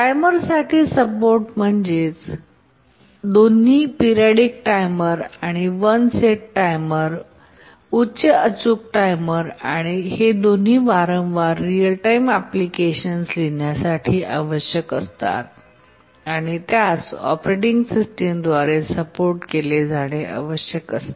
टाइमरसाठी support म्हणजेच दोन्ही periodic timer आणि वन सेट टाइमर उच्च अचूक टाइमर आणि हे दोन्ही वारंवार रीअल टाइम एप्लीकेशनस लिहिण्यासाठी आवश्यक असतात आणि त्यास ऑपरेटिंग सिस्टमद्वारे सपोर्ट केले जाणे आवश्यक असते